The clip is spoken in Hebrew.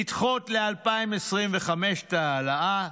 לדחות ל-2025 את ההעלאה,